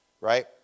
right